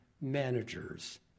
managers